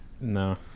No